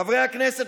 חברי הכנסת,